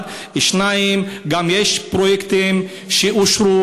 1. 2. יש גם פרויקטים שאושרו,